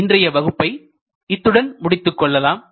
இன்றைய வகுப்பை இத்துடன் முடித்துக் கொள்ளலாம்